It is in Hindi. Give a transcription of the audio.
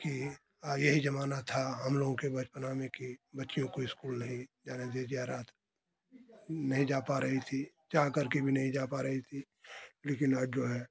कि यही ज़माना था हम लोगों के बचपना में कि बच्चियों को स्कूल नहीं जाने दे दिया नहीं जा पा रही थी चाह करके भी नहीं जा पा रही थी लेकिन आज जो है